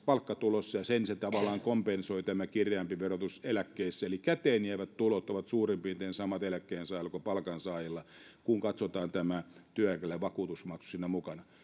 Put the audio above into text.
palkkatulossa ja sen se tavallaan kompensoi tämä kireämpi verotus eläkkeissä eli käteenjäävät tulot ovat suurin piirtein samat eläkkeensaajilla kuin palkansaajilla kun katsotaan tämä työeläkevakuutusmaksu siinä mukana